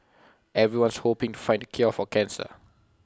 everyone's hoping to find the cure for cancer